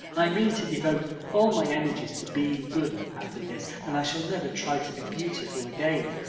i mean to devote all my energies to being good after this and i shall never try to be beautiful again.